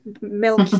milk